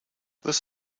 this